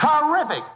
terrific